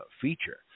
feature